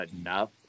enough